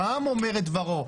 העם אומר את דברו.